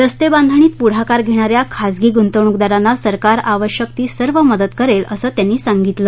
रस्तेबांधणीत पुढाकार घेणा या खाजगी गुंतवणूकदारांना सरकार आवश्यक ती सर्व मदत करेल असं त्यांनी सांगितलं